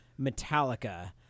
Metallica